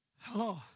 Hello